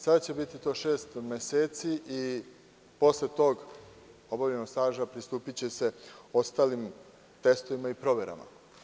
Sada će to biti šest meseci i posle tog obavljenog staža pristupiće se ostalim testovima i proverama.